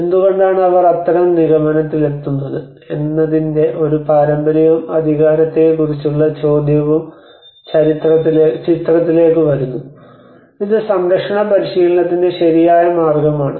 എന്തുകൊണ്ടാണ് അവർ അത്തരം നിഗമനത്തിലെത്തുന്നത് എന്നതിന്റെ ഒരു പാരമ്പര്യവും ആധികാരികതയെക്കുറിച്ചുള്ള ചോദ്യവും ചിത്രത്തിലേക്ക് വരുന്നു ഇത് സംരക്ഷണ പരിശീലനത്തിന്റെ ശരിയായ മാർഗമാണ്